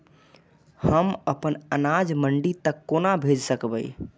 हम अपन अनाज मंडी तक कोना भेज सकबै?